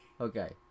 Okay